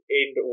end